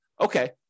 okay